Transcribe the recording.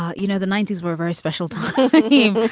you know, the ninety s were a very special type of thinking.